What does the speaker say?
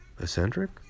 eccentric